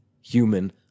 human